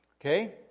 Okay